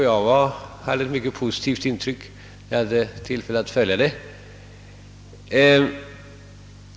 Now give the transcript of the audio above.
Jag fick ett mycket positivt intryck när jag hade tillfälle att följa det.